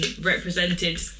represented